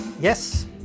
Yes